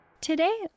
Today